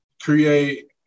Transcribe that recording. create